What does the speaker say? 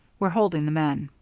we're holding the men.